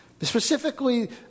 Specifically